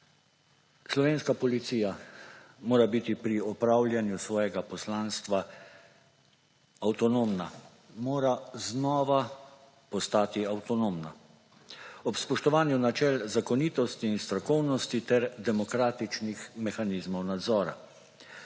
Slovenska policija mora biti pri opravljanju svojega poslanstva avtonomna, mora znova postati avtonomna, ob spoštovanju načel zakonitosti in strokovnosti ter demokratičnih mehanizmov nadzora.